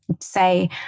say